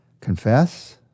Confess